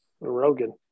Rogan